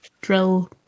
drill